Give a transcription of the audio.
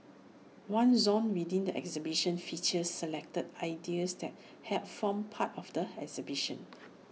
one zone within the exhibition features selected ideas that helped form part of the exhibition